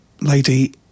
lady